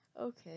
Okay